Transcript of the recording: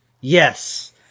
yes